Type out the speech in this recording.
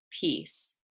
peace